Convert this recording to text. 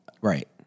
Right